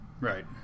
Right